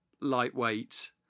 lightweight